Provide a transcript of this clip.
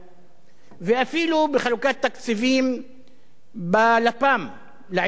ואפילו בחלוקת תקציבים בלפ"מ, לעיתונות הערבית,